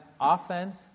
offense